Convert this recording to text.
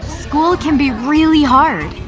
school can be really hard.